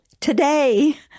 Today